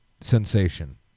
sensation